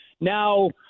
Now